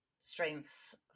strengths